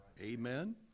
Amen